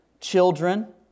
children